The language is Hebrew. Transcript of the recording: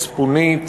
מצפונית,